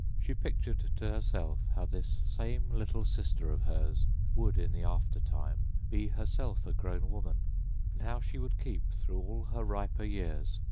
she pictured to herself how this same little sister of hers would, in the after-time, be herself a grown woman and how she would keep, through all her riper years,